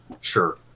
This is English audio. sure